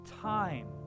time